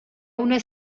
una